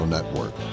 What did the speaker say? Network